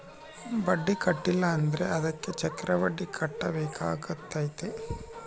ಬಡ್ಡಿ ಕಟ್ಟಿಲ ಅಂದ್ರೆ ಅದಕ್ಕೆ ಚಕ್ರಬಡ್ಡಿ ಕಟ್ಟಬೇಕಾತತೆ